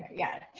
yeah,